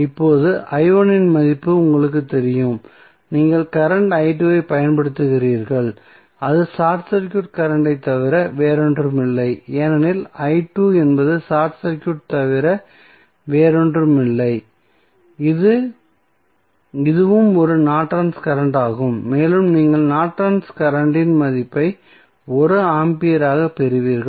இப்போது இன் மதிப்பு உங்களுக்குத் தெரியும் நீங்கள் கரண்ட் ஐப் பயன்படுத்துகிறீர்கள் அது ஷார்ட் சர்க்யூட் கரண்ட் ஐத் தவிர வேறொன்றுமில்லை ஏனெனில் என்பது ஷார்ட் சர்க்யூட் தவிர வேறு ஒன்றும் இல்லை இதுவும் ஒரு நார்டன்ஸ் கரண்ட் ஆகும் மேலும் நீங்கள் நார்டன்ஸ் கரண்ட் இன் மதிப்பை 1 ஆம்பியராகப் பெறுவீர்கள்